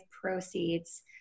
proceeds